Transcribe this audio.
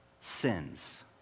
sins